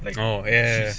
oh ya ya ya